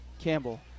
Campbell